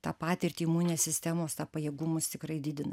tą patirtį imuninės sistemos tą pajėgumus tikrai didina